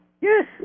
Yes